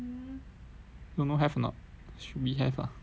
don't know have or not should be have ah